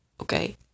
okay